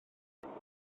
allech